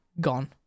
gone